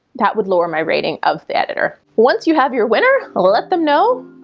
that would lower my rating of the editor. once you have your winner, let them know.